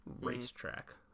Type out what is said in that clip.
Racetrack